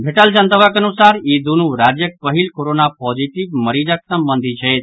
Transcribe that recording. भेटल जनतबक अनुसार ई दुनु राज्यक पहिल कोरोना पॉजिटिव मरीजक संबंधी छथि